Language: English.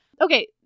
okay